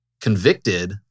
convicted